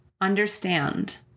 understand